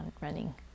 running